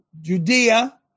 Judea